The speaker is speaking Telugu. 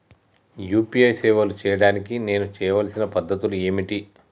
యూ.పీ.ఐ సేవలు చేయడానికి నేను చేయవలసిన పద్ధతులు ఏమిటి?